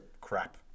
crap